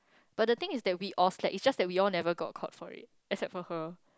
but then things is that we all slack it just that we all never got caught for it except for her